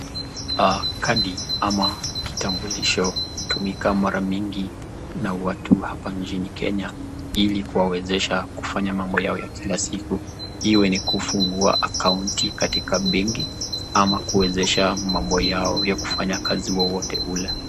Kadi ama kitambulisho hutumika mara mingi na watu hapa nchini Kenya, ili kuwawezesha kufanya mambo yao ya kila siku iwe ni kufungua akaunti katika benki, ama kuwezesha mambo yao ya kufanya kazi wowote ule.